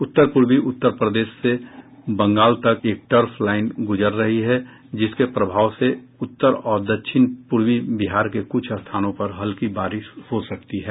उत्तर पूर्वी उत्तर प्रदेश से बंगाल तक एक ट्रफ लाईन गुजर रही है जिसके प्रभाव से उत्तरी और दक्षिणी पूर्वी बिहार के कुछ स्थानों पर हल्की बारिश हो सकती है